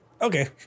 okay